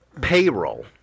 payroll